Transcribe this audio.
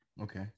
Okay